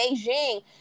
Beijing